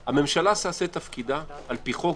הממשלה תעשה את תפקידה לפי חוק,